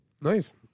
Nice